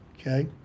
okay